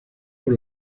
por